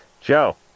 Joe